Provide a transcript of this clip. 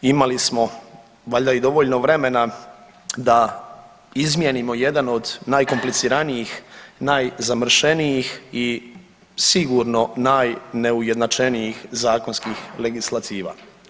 Imali smo valjda i dovoljno vremena da izmijenimo jedan od najkompliciranijih, najzamršenijih i sigurno najneujednačenijih zakonskih legislativa.